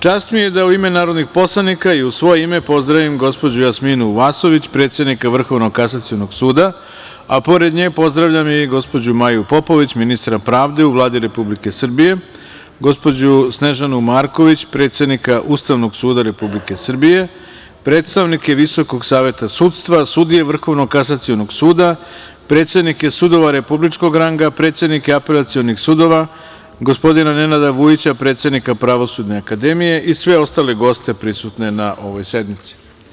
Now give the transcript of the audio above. Čast mi je da u ime narodnih poslanika i u svoje ime pozdravim gospođu Jasminu Vasović, predsednika Vrhovnog kasacionog suda, a pored nje pozdravljam i gospođu Maju Popović, ministra pravde u Vladi Republike Srbije, gospođu Snežanu Marković, predsednika Ustavnog suda Republike Srbije, predstavnike Visokog saveta sudstva, sudije Vrhovnog kasacionog suda, predsednike sudova republičkog ranga, predsednike apelacionih sudova, gospodina Nenada Vujića, predsednika Pravosudne akademije i sve ostale prisutne na ovoj sednici.